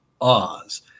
Oz